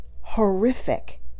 horrific